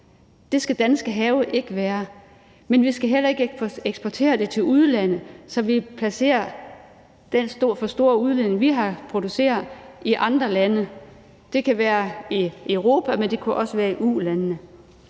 Det skal danske have ikke være. Men vi skal heller ikke eksportere det til udlandet, så vi placerer den for store udledning, vi har produceret, i andre lande. Det kan være i Europa, men det kunne også være i ulandene.